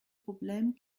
problèmes